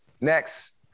next